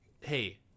hey